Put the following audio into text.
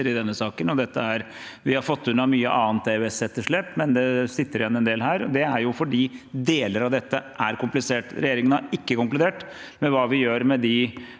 i denne saken. Vi har fått unna mye annet EØS-etterslep, men det sitter igjen en del her, og det er fordi deler av dette er komplisert. Regjeringen har ikke konkludert med hva vi gjør med de